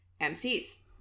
MCs